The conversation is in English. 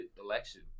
election